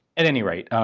at any rate,